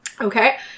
Okay